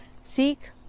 seek